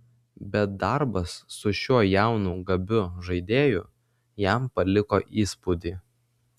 bet darbas su šiuo jaunu gabiu žaidėju jam paliko įspūdį